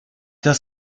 das